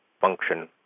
function